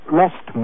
lost